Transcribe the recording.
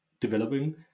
developing